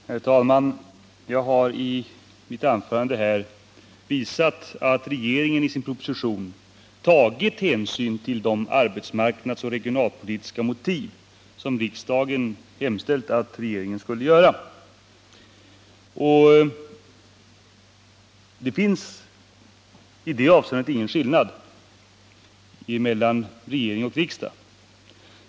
Herr talman! Jag har i mitt anförande visat att regeringen i sin proposition tagit hänsyn till de arbetsmarknadsoch regionalpolitiska motiv, som riksdagen hemställt att regeringen skulle ta hänsyn till. Det finns i det avseendet ingen skillnad mellan regering och riksdag.